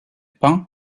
peint